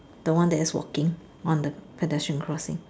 that one that is walking on the pedestrian crossing